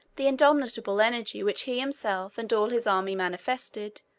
the indomitable energy which he himself and all his army manifested,